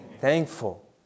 thankful